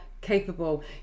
Capable